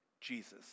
Jesus